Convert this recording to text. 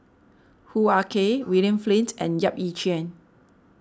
Hoo Ah Kay William Flint and Yap Ee Chian